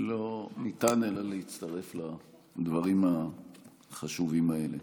לא ניתן אלא להצטרף לדברים החשובים האלה.